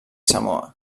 samoa